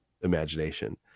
imagination